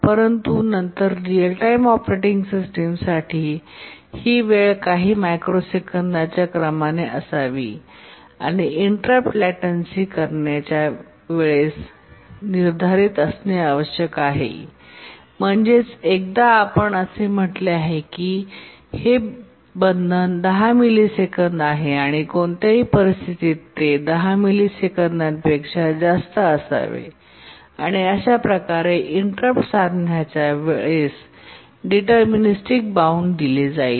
परंतु नंतर real time operating सिस्टमसाठी ही वेळ काही मायक्रोसेकंदांच्या क्रमाने असावी आणि इंटरप्ट लॅटेन्सी करण्याच्या वेळेस निर्धारीत असणे आवश्यक आहे म्हणजेच एकदा आपण असे म्हटले की हे बंधन 10 मिली सेकंद आहे आणि कोणत्याही परिस्थितीत ते 10 मिलिसेकंदपेक्षा जास्त असावे आणि अशा प्रकारे इंटरप्ट साधण्याच्या वेळेस डिटरमिनिस्टिक बॉउंड दिले जाईल